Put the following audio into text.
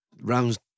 rounds